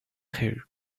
خیر